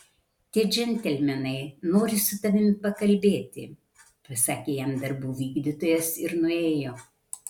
tie džentelmenai nori su tavimi pakalbėti pasakė jam darbų vykdytojas ir nuėjo